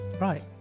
Right